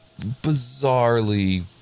bizarrely